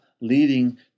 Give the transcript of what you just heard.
leading